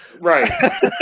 Right